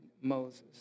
Moses